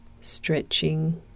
stretching